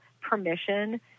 permission